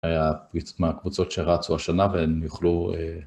היה קבוצות שהרצו השנה והן יוכלו...